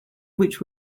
which